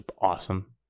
awesome